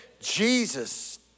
Jesus